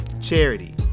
charity